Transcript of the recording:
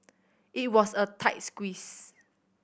it was a tight squeeze